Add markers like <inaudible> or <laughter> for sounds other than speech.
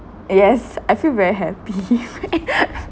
uh yes I feel very happy <laughs>